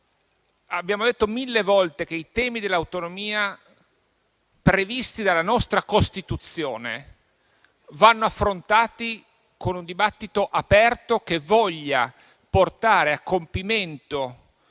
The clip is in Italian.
Abbiamo detto mille volte che i temi dell'autonomia, previsti dalla nostra Costituzione, vanno affrontati con un dibattito aperto, che voglia portare a compimento